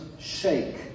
shake